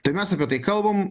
tai mes apie tai kalbam